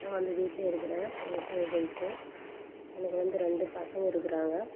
நான் வந்து வீட்லியே இருக்கிறேன் விவசாயம் செஞ்சுகிட்டே எனக்கு வந்து ரெண்டு பசங்க இருக்கிறாங்க